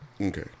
Okay